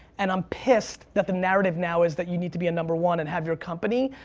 and i'm pissed that the narrative now is that you need to be a number one and have your company.